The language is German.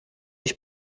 ich